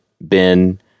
Ben